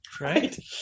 Right